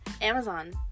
Amazon